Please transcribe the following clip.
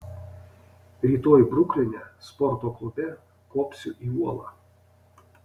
rytoj brukline sporto klube kopsiu į uolą